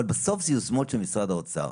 אבל בסוף אלה יוזמות של משרד האוצר.